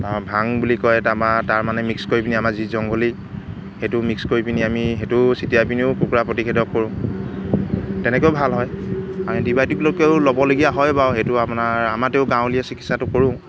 ভাং বুলি কয় তাত আমাৰ তাৰমানে মিক্স কৰি পিনি আমাৰ যি জংঘলী সেইটো মিক্স কৰি পিনি আমি সেইটো ছটিয়াই পিনিও কুকুৰা প্ৰতিষেধক কৰোঁ তেনেকৈও ভাল হয় আৰু এণ্টিবায়টিক লৈকেও ল'বলগীয়া হয় বাৰু সেইটো আপোনাৰ আমাতেও গাঁৱলীয়া চিকিৎসাটো কৰোঁ